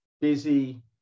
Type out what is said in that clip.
busy